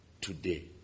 today